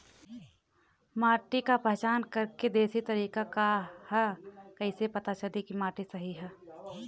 माटी क पहचान करके देशी तरीका का ह कईसे पता चली कि माटी सही ह?